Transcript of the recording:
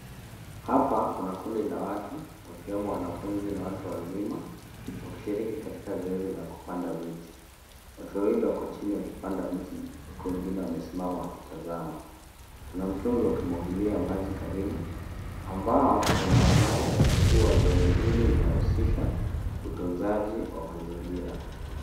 Hapa kuna kundi la watu wakiwemo wanafunzi na watu wazima wakishiriki katika zoezi la kupanda miti. Watu wawili wako chini wakipanda miti, huku wengine wamesimama wakitazama kuna mtungi wa kumwagilia maji karibu ambao unaonyesha kuwa zoezi hili linahusisha utunzaji wa mazingira.